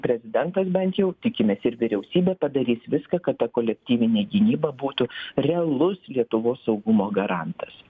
prezidentas bent jau tikimės ir vyriausybė padarys viską kad ta kolektyvinė gynyba būtų realus lietuvos saugumo garantas